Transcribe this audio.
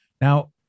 Now